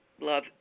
love